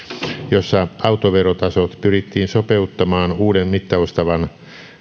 jossa autoverotasot pyrittiin sopeuttamaan uuden mittaustavan